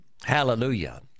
Hallelujah